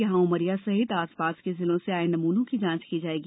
यहां उमरिया सहित आसपास के जिलों से आये नमूनों की जांच की जायेगी